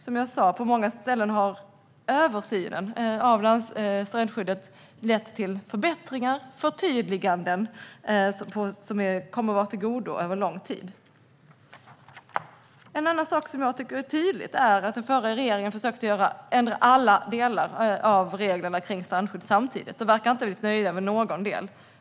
Som jag sa: På många ställen har översynen av strandskyddet lett till förbättringar och förtydliganden som kommer att vara till gagn under lång tid. En annan sak som jag tycker är tydlig är att den förra regeringen försökte ändra alla delar av reglerna kring strandskydd samtidigt, och man verkar nu inte riktigt nöjd med någon del.